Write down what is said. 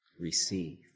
Receive